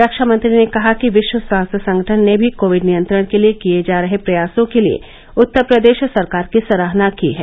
रक्षामंत्री ने कहा कि विश्व स्वास्थ्य संगठन ने भी कोविड नियंत्रण के लिये किये जा रहे प्रयासों के लिये उत्तर प्रदेश सरकार की सराहना की है